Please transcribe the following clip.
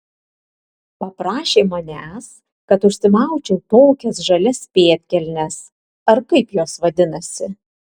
paprašė manęs kad užsimaučiau tokias žalias pėdkelnes ar kaip jos vadinasi